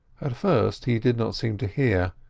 at first he did not seem to hear,